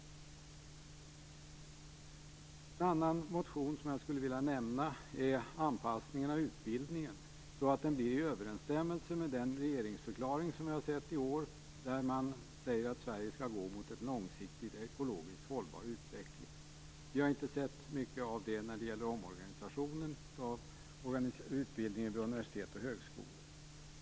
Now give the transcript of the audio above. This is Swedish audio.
En annan motion som jag vill nämna rör anpassningen av utbildningen så att den blir i överensstämmelse med regeringsförklaringens utsagor om att Sverige skall gå mot en långsiktigt ekologiskt hållbar utveckling. Vi har inte sett mycket av detta när det gäller omorganisationen av utbildningen vid universitet och högskolor.